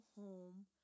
home